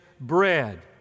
bread